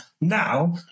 Now